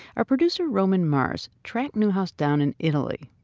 our producer roman mars tracked neuhaus down in italy.